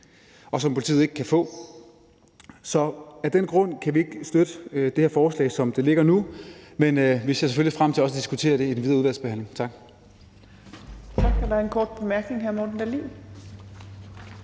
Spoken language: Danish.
og som politiet ikke kan få. Så af den grund kan vi ikke støtte det her forslag, som det ligger nu, men vi ser selvfølgelig frem til også at diskutere det i den videre udvalgsbehandling. Tak.